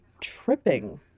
tripping